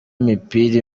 imipira